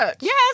Yes